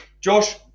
Josh